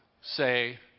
say